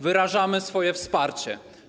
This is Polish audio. Wyrażamy swoje wsparcie.